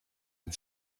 and